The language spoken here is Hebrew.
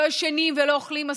לא ישנים ולא אוכלים מספיק,